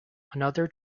another